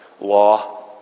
law